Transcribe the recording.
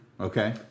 Okay